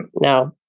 no